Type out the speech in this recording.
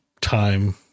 time